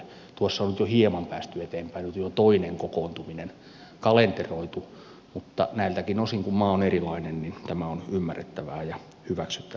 tuossa on nyt jo hieman päästy eteenpäin nyt on jo toinen kokoontuminen kalenteroitu mutta näiltäkin osin kun maa on erilainen niin tämä on ymmärrettävää ja hyväksyttävääkin